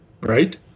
right